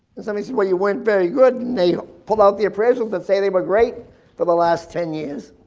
and somebody says, well, you weren't very good. and they pull out the appraisals that say they were great for the last ten years.